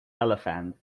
elephant